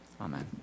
amen